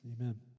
Amen